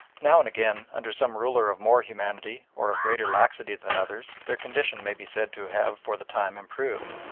now and again under some ruler of more humanity or of greater laxity than others their condition may be said to have for the time improved,